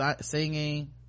singing